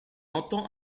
entend